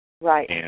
Right